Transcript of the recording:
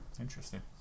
Interesting